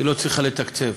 היא לא צריכה לתקצב.